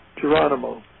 Geronimo